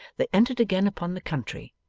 they entered again upon the country,